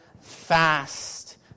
fast